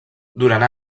durant